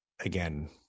Again